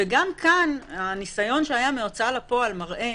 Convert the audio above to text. גם כאן, הניסיון שהיה מההוצאה לפועל מראה